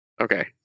okay